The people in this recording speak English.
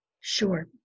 Sure